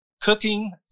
cooking